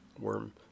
Worm